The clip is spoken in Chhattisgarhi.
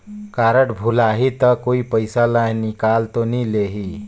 कारड भुलाही ता कोई पईसा ला निकाल तो नि लेही?